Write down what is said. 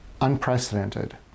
unprecedented